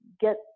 get